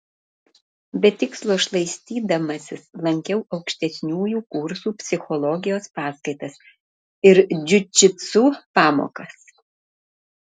be tikslo šlaistydamasis lankiau aukštesniųjų kursų psichologijos paskaitas ir džiudžitsu pamokas